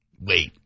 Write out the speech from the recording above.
Wait